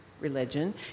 religion